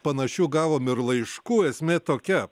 panašių gavom ir laiškų esmė tokia